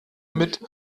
mit